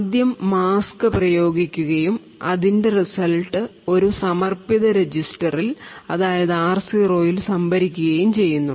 ആദ്യം മാസ്ക് പ്രയോഗിക്കുകയും അതിൻറെ റിസൾട്ട് ഒരു സമർപ്പിത രജിസ്റ്ററിൽ സംഭരിക്കുകയും ചെയ്യുന്നു